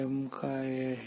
Rm काय आहे